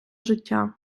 життя